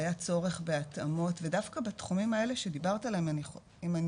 היה צורך בהתאמות ודווקא בתחומים האלה שדיברת עליהם אם אני